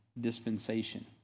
dispensation